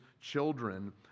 children